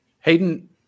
Hayden